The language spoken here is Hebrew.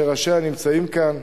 שראשיה נמצאים כאן.